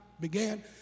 began